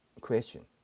question